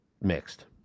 mixed